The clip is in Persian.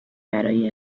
برای